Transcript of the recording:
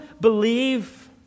believe